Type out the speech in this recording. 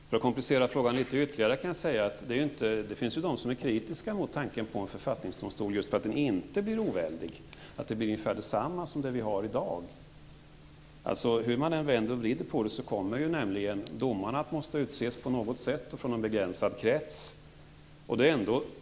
För att ytterligare komplicera frågan kan jag säga att det finns de som är kritiska mot tanken på en författningsdomstol just därför att den inte blir oväldig, och därför att systemet blir ungefär detsamma som det vi har i dag. Hur man än vrider och vänder på det kommer nämligen domarna att behöva utses på något sätt, och ur en begränsad krets.